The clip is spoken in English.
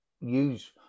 use